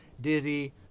Dizzy